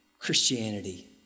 Christianity